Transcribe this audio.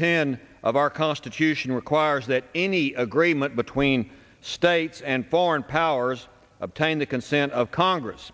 ten of our constitution requires that any agreement between states and foreign powers obtain the consent of congress